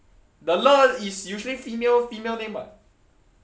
the le is usually female female name [what]